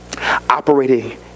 operating